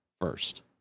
first